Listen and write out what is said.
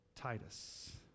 Titus